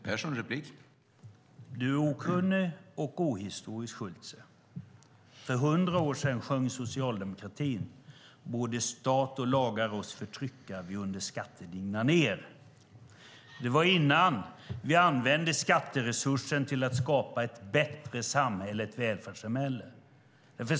Herr talman! Du är okunnig och ohistorisk, Schulte. För hundra år sedan sjöng Socialdemokraterna "båd' stat och lagar oss förtrycka, vi under skatter digna ner". Det var innan vi använde skatteresurserna till att skapa ett bättre samhälle, ett välfärdssamhälle.